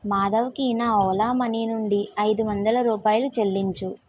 మాధవకి నా ఓలా మనీ నుండి ఐదువందల రూపాయలు చెల్లించు